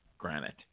granite